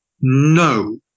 no